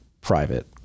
private